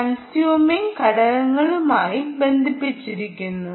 consuming ഘടകങ്ങളുമായും ബന്ധിപ്പിച്ചു